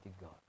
God